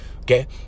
Okay